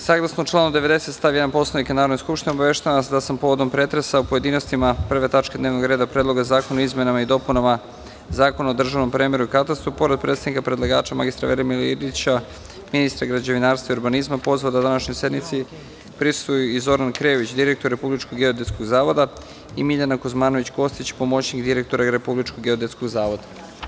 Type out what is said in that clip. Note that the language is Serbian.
Saglasno članu 90. stav 1. Poslovnika Narodne skupštine, obaveštavam vas da sam povodom pretresa u pojedinostima prve tačke dnevnog reda Predloga zakona o izmenama i dopunama Zakona o državnom premeru i katastru, pored predstavnika predlagača mr Velimira Ilića, ministra građevinarstva i urbanizma, pozvao da današnjoj sednici prisustvuju i Zoran Krejović, direktor Republičkog geodetskog zavoda i Miljana Kuzmanović Kostić, pomoćnik direktora Republičkog geodetskog zavoda.